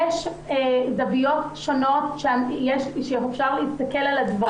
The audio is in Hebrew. יש זוויות שונות שאפשר להסתכל על הדברים.